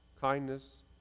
kindness